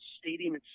stadium